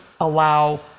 allow